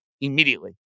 immediately